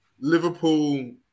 Liverpool